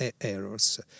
errors